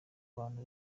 abantu